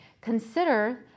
Consider